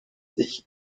sich